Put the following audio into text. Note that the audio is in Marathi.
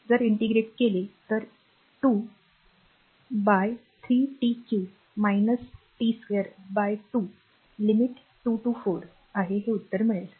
जर इंटेग्रटे केल तर 2 by 3 t 3 t 2 by 2 limit 2 to 4 आहे हे उत्तर मिळेल